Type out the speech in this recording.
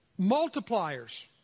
Multipliers